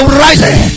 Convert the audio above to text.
rising